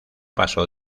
paso